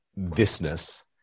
thisness